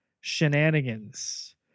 shenanigans